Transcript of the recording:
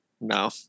no